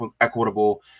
equitable